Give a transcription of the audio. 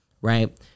right